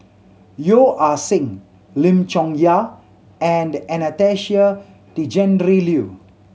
Yeo Ah Seng Lim Chong Yah and Anastasia Tjendri Liew